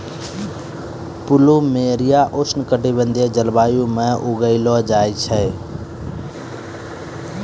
plumeria उष्ण कटिबंधीय जलवायु म उगैलो जाय छै